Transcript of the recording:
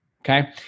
okay